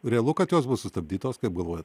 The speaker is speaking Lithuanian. realu kad jos bus sustabdytos kaip galvojat